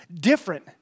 different